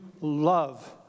love